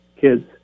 kids